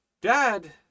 dad